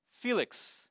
Felix